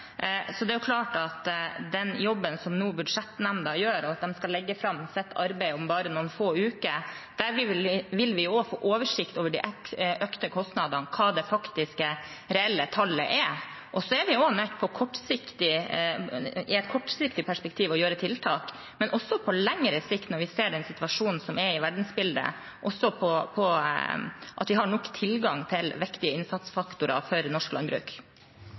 den jobben som budsjettnemnda nå gjør – de skal legge fram sitt arbeid om bare noen få uker – vil vi få oversikt over de økte kostnadene og hva det faktiske, reelle tallet er. Vi er nødt til å gjøre tiltak i et kortsiktig perspektiv, men også på lengre sikt når vi ser den situasjonen som er i verdensbildet, slik at vi har nok tilgang på viktige innsatsfaktorer for norsk landbruk.